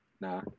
Nah